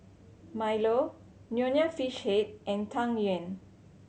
milo Nonya Fish Head and Tang Yuen